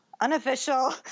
unofficial